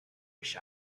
wish